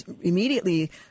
immediately